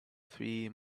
three